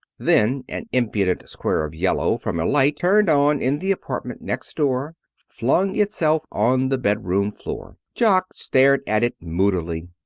then an impudent square of yellow from a light turned on in the apartment next door flung itself on the bedroom floor. jock stared at it moodily.